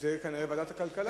זה כנראה ועדת הכלכלה.